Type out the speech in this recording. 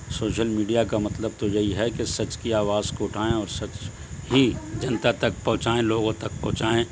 social media کا مطلب تو یہی ہے کہ سچ کی آواز کو اٹھائیں اور سچ ہی جنتا تک پہنچائیں لوگوں تک پہنچائیں